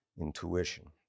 intuition